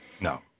No